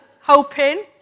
hoping